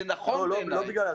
זה נכון בעיני.